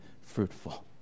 fruitful